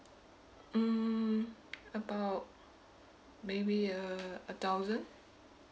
mm about maybe a a thousand